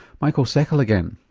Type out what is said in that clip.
michael seckl again.